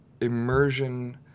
immersion